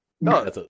No